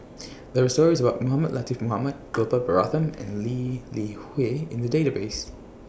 There Are stories about Mohamed Latiff Mohamed Gopal Baratham and Lee Li Hui in The Database